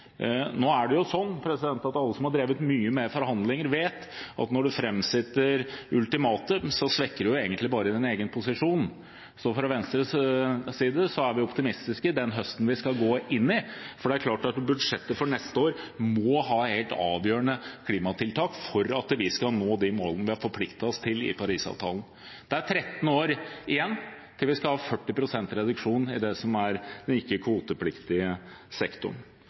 Nå vet alle som har drevet mye med forhandlinger, at når man framsetter ultimatumer, svekker man egentlig bare sin egen posisjon. Fra Venstres side er vi optimistiske med tanke på den høsten vi skal gå inn i. Det er klart at budsjettet for neste år må ha et helt avgjørende klimatiltak for at vi skal nå de målene vi har forpliktet oss til i Paris-avtalen. Det er 13 år igjen til vi skal ha en 40 pst. reduksjon i ikke-kvotepliktig sektor. Det er mange andre saker som